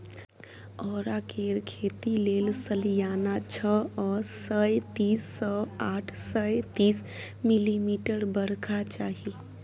औरा केर खेती लेल सलियाना छअ सय तीस सँ आठ सय तीस मिलीमीटर बरखा चाही